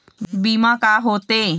बीमा का होते?